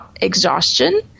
exhaustion